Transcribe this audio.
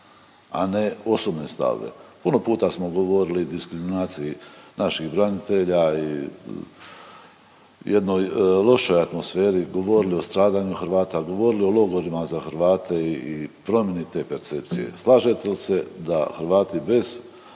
a ne osobne stavove. Puno puta smo govorili o diskriminaciji naših branitelja i jednoj lošoj atmosferi, govorili o stradanju Hrvata, govorili o logorima za Hrvate i promjeni te percepcije. Slažete li se da Hrvati bez